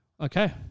Okay